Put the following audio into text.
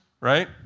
right